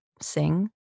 sing